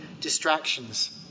distractions